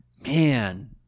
man